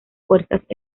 fuerzas